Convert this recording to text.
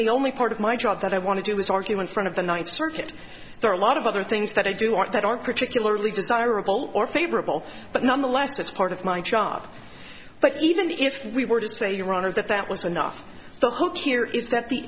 the only part of my job that i want to do is argument front of the ninth circuit there are a lot of other things that i do want that aren't particularly desirable or favorable but nonetheless it's part of my job but even if we were to say your honor that that was enough the hook here is that the